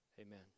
Amen